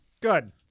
good